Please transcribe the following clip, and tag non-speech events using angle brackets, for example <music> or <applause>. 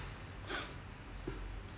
<noise>